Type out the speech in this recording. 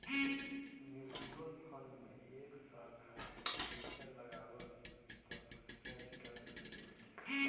mutual fund में एक साल खातिर पईसा लगावअ तअ बढ़िया रिटर्न मिलत बाटे